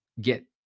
get